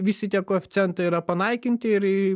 visi tie koeficientai yra panaikinti ir